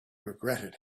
regretted